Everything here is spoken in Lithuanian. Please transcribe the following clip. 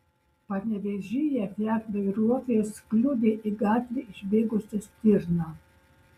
panevėžyje fiat vairuotojas kliudė į gatvę išbėgusią stirną